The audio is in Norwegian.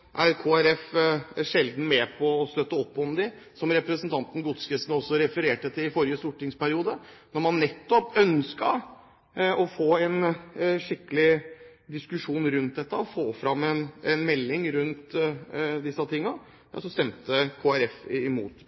er Kristelig Folkeparti sjelden med på å støtte opp om dem, som representanten Godskesen refererte til. Da man nettopp ønsket å få en skikkelig diskusjon rundt dette og få fram en melding, stemte Kristelig Folkeparti imot.